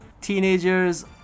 teenagers